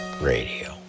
Radio